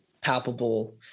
palpable